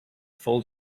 full